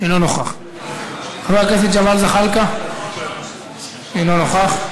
אינו נוכח, חבר הכנסת ג'מאל זחאלקה, אינו נוכח.